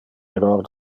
error